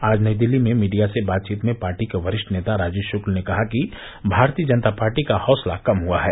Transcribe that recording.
आज नई दिल्ली में मीडिया से बातचीत में पार्टी के वरिष्ठ नेता राजीव शुक्ल ने कहा कि भारतीय जनता पार्टी का हैसला कम हुआ है